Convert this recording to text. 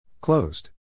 Closed